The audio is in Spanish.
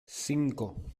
cinco